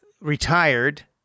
retired